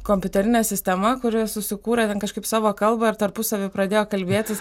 kompiuterinė sistema kuri susikūrė ten kažkaip savo kalbą ir tarpusavy pradėjo kalbėtis